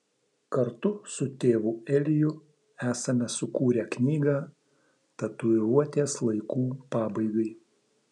kartu su tėvu eliju esame sukūrę knygą tatuiruotės laikų pabaigai